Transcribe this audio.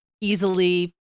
easily